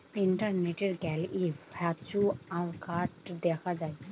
ইন্টারনেটে গ্যালে virtual card দেখা যায়